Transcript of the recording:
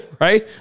Right